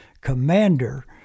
commander